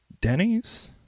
Denny's